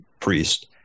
priest